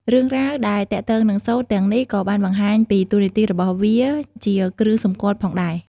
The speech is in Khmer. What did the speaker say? រឿងរ៉ាវដែលទាក់ទងនឹងសូត្រទាំងនេះក៏បានបង្ហាញពីតួនាទីរបស់វាជាគ្រឿងសម្គាល់ផងដែរ។